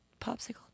Popsicle